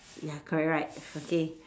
ya correct right okay